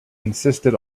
insisted